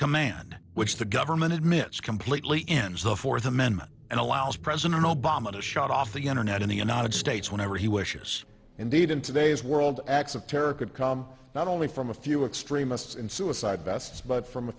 command which the government admits completely ends the fourth amendment and allows president obama to shut off the internet in the united states whenever he wishes indeed in today's world acts of terror could come not only from a few extremists in suicide vests but from a